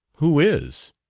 who is?